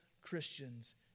Christians